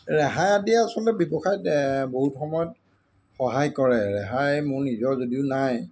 ৰেহাই আদিয়ে আচলতে ব্যৱসায়ত বহুত সময়ত সহায় কৰে ৰেহাই মোৰ নিজৰ যদিও নাই